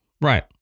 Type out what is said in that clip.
right